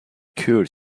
cured